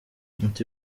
ati